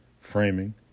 framing